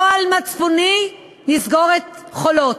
לא על מצפוני נסגור את "חולות".